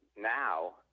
now